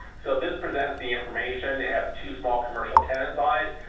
so this presents the information. they have two small commercial tenants on it.